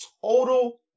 total